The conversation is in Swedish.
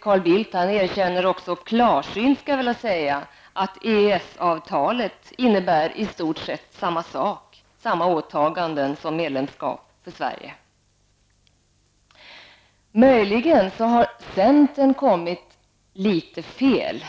Carl Bildt erkänner också klarsynt att EES-avtalet för Sverige innebär i stort sett samma åtaganden som medlemskap. Möjligen har centern kommit litet fel.